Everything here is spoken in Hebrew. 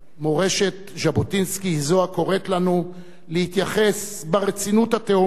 מורשת ז'בוטינסקי היא זאת הקוראת לנו להתייחס ברצינות תהומית